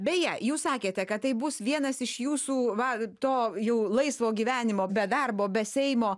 beje jūs sakėte kad tai bus vienas iš jūsų va to jau laisvo gyvenimo be darbo be seimo